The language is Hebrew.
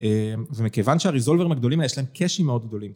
ומכיוון שהריזולברים הגדולים יש להם קאשים מאוד גדולים.